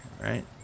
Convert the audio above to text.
right